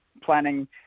planning